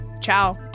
Ciao